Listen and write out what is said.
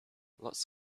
lots